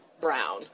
brown